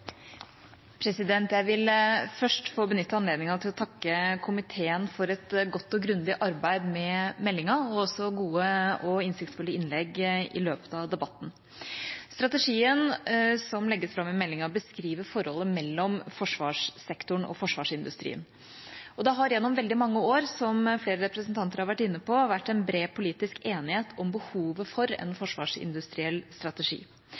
Jeg vil først få benytte anledninga til å takke komiteen for et godt og grundig arbeid med meldinga – og også gode og innsiktsfulle innlegg i løpet av debatten. Strategien som legges fram i meldinga, beskriver forholdet mellom forsvarssektoren og forsvarsindustrien, og det har gjennom veldig mange år, som flere representanter har vært inne på, vært bred politisk enighet om behovet for en forsvarsindustriell strategi.